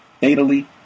fatally